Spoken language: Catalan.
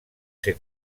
ser